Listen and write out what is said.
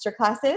masterclasses